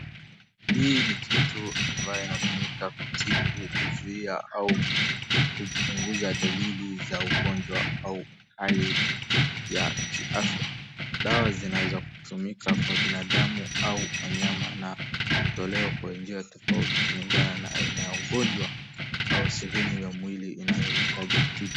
Hii ni kitu ambayo inatumika kutibu ,kuzuia au kupunguza dalili za ugonjwa au hali ya kiafya, dawa zinaweza kutumika kwa binadamu au wanyama na hutolewa kwa njia tofauti kulingana na aina ya ugonjwa au sehemu ya mwili inayohitaji tiba.